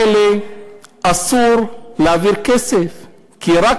אסור להעביר כסף לאנשים האלה.